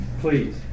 please